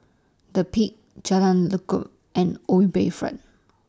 The Peak Jalan Lekub and O U Bayfront